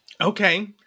Okay